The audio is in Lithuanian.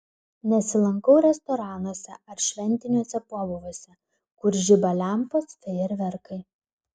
nesilankau restoranuose ar šventiniuose pobūviuose kur žiba lempos fejerverkai